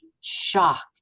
shocked